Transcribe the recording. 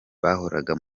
bahoraga